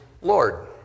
Lord